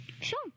Sure